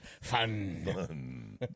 Fun